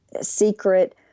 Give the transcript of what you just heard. secret